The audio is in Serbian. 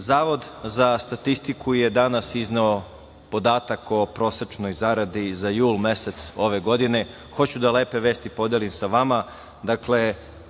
Zavod za statistiku je danas izneo podatak o prosečnoj zaradi za jul mesec ove godine. Hoću da lepe vesti podelim sa vama.